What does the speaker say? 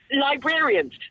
librarians